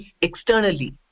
externally